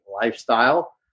lifestyle